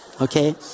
Okay